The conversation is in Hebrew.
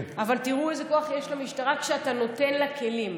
אבל תראו איזה כוח יש למשטרה, כשאתה נותן לה כלים.